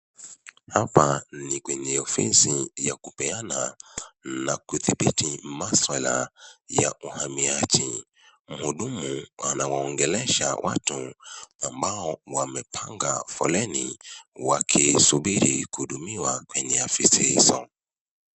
Hapa ni kwenye ofisi ya kupeana na kudhibiti maswala ya uhamiaji, mhudumu anawaongelesha watu, ambao wamepanga foleni wakisubiri kuhudumiwa kwenye afisi hizo.